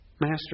master